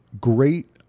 great